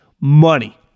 money